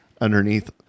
underneath